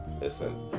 listen